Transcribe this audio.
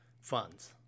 funds